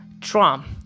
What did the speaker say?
Trump